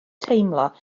teimlo